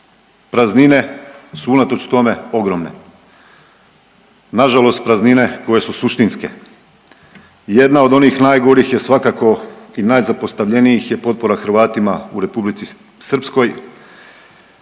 praznine su unatoč tome ogromne. Na žalost praznine koje su suštinske. Jedna od onih najgorih je svakako i najzapostavljenijih je potpora Hrvatima u Republici Srpskoj,